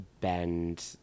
bend